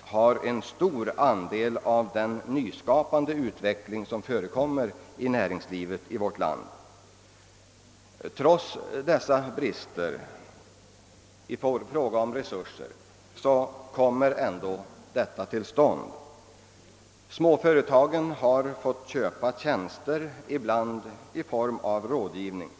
har en stor andel av den nyskapande utveckling som förekommer i vårt lands näringsliv. Småföretagen har ibland fått köpa tjänster i form av rådgivning.